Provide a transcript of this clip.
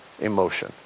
emotion